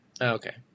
okay